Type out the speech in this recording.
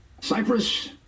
cyprus